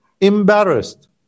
embarrassed